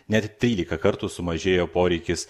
net trylika kartų sumažėjo poreikis